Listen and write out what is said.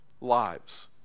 lives